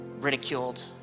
ridiculed